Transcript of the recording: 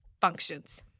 functions